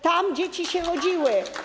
Tam dzieci się rodziły.